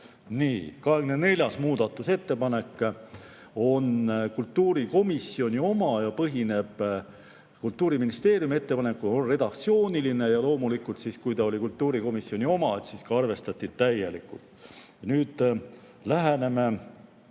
Nii, 24. muudatusettepanek on kultuurikomisjoni oma ja põhineb Kultuuriministeeriumi ettepanekul, on redaktsiooniline ja loomulikult siis, kui ta oli kultuurikomisjoni oma, siis seda ka arvestati täielikult. Läheneme